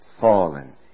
fallen